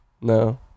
No